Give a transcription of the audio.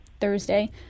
Thursday